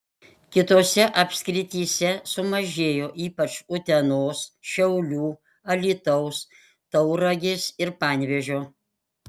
kitose apskrityse sumažėjo ypač utenos šiaulių alytaus tauragės ir panevėžio